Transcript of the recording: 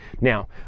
Now